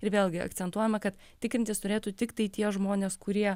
ir vėlgi akcentuojama kad tikrintis turėtų tiktai tie žmonės kurie